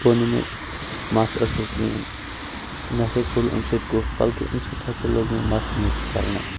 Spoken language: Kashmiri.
گوٚو نہٕ مےٚ مَس اصٕل کِہیٖنۍ نَہ ہسا ژوٚل اَمہِ سۭتۍ کُف بٔلکہِ اَمہِ سۭتۍ ہَسا لوٚگ مےٚ مَس نیٖرتھ ژَلنہِ